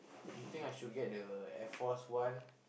you think I should get the Air Force One